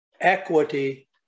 Equity